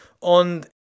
on